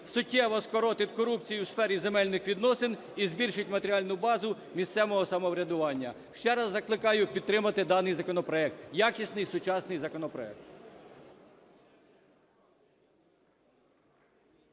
суттєво скоротить корупцію у сфері земельних відносин і збільшить матеріальну базу місцевого самоврядування. Ще раз закликаю підтримати даний законопроект. Якісний і сучасний законопроект.